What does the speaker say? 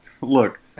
Look